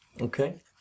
Okay